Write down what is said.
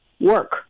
work